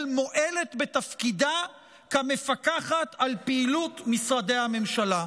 מועלת בתפקידה כמפקחת על פעילות משרדי הממשלה.